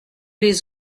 les